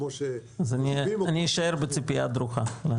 כמו ש -- אז אני אשאר בציפייה דרוכה.